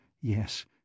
Yes